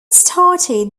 started